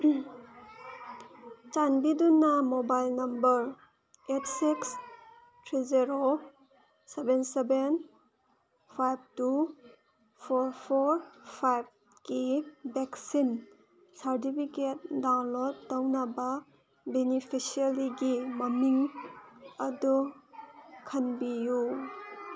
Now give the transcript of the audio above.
ꯆꯥꯟꯕꯤꯗꯨꯅ mobile number eight six three zero seven seven five two four four ꯐꯥꯏꯚꯀꯤ vaccine certificate download ꯇꯧꯅꯕ ꯕꯤꯅꯤꯐꯤꯁꯔꯤꯒꯤ ꯃꯃꯤꯡ ꯑꯗꯣ ꯈꯟꯕꯤꯌꯨ